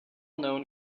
known